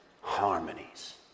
harmonies